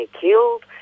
killed